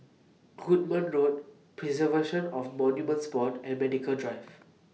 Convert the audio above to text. Goodman Road Preservation of Monuments Board and Medical Drive